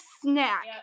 snack